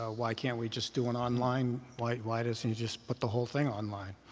ah why can't we just do an online? like why doesn't he just put the whole thing online?